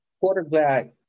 Quarterback